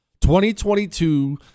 2022